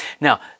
Now